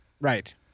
Right